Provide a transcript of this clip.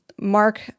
Mark